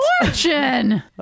fortune